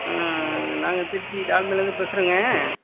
நாங்கள் திருச்சி டால்மேலேருந்து பேசுகிறோய்ங்க